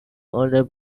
older